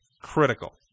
Critical